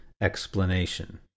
Explanation